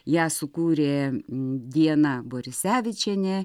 ją sukūrė diana borisevičienė